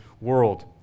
world